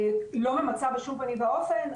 לא ממצה בשום פנים ואופן,